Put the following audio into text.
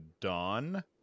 Dawn